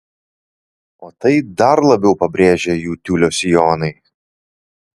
o tai dar labiau pabrėžia jų tiulio sijonai